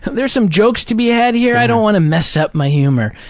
there are some jokes to be had here i don't want to mess up my humor.